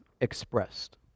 expressed